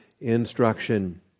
instruction